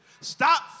Stop